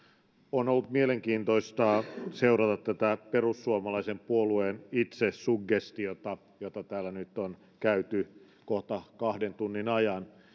on ollut mielenkiintoista seurata tätä perussuomalaisen puolueen itsesuggestiota jota täällä on nyt käyty kohta kahden tunnin ajan